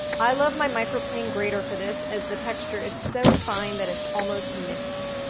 i love my microplane grater for this, as the texture is so fine that it's almost minced.